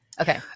Okay